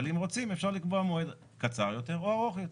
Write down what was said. אבל אם רוצים אפשר לקבוע מועד קצר יותר או ארוך יותר.